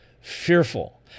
fearful